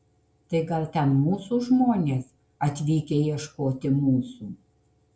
tai gal ten mūsų žmonės atvykę ieškoti mūsų